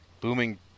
Booming